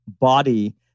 body